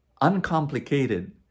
uncomplicated